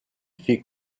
fait